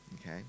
okay